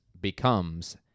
becomes